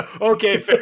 Okay